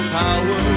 power